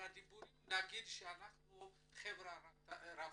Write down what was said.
על הדיבורים נגיד שאנחנו חברה רב-תרבותית.